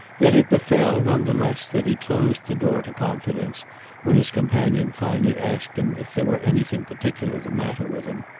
yet it befell, none the less that he closed the door to confidence when his companion finally asked him if there were anything particular the matter with him.